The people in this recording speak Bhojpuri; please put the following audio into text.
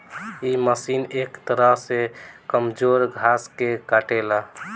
इ मशीन एक तरह से कमजोर घास के काटेला